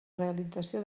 realització